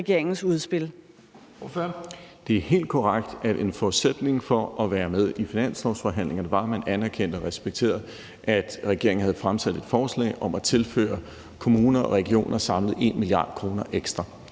Det er helt korrekt, at en forudsætning for at være med i finanslovsforhandlingerne var, at man anerkendte og respekterede, at regeringen havde fremsat et forslag om at tilføre kommuner og regioner samlet 1 mia. kr. ekstra.